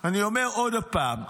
אני אומר עוד פעם,